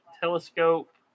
telescope